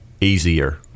Easier